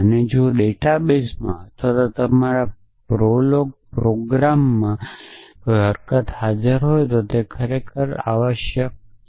અને જો ડેટાબેઝમાં અથવા તમારા પ્રોગ્રામ પ્રોલોગ પ્રોગ્રામમાં કોઈ હકીકત હાજર હોય તો તે ખરેખર આવશ્યકપણે આવશ્યક છે